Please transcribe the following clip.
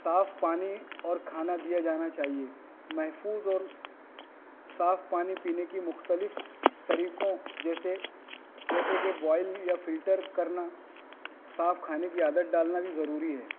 صاف پانی اور کھانا دیا جانا چاہیے محفوظ اور صاف پانی پینے کی مختلف طریقوں جیسے جیسے کہ بوائل یا فلٹر کرنا صاف کھانے کی عادت ڈالنا بھی ضروری ہے